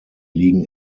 liegen